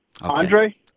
Andre